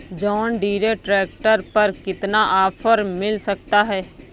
John Deere tractor पर कितना offer मिल सकता है?